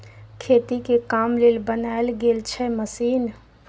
खेती के काम लेल बनाएल गेल छै मशीन